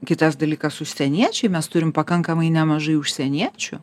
kitas dalykas užsieniečiai mes turim pakankamai nemažai užsieniečių